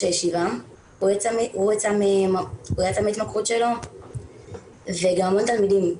הישיבה הוא יצא מההתמכרות שלו וגם הרבה תלמידים,